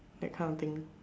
that kind of thing